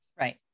Right